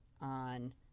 on